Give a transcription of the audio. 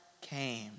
came